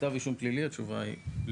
כתב אישום פלילי, לא.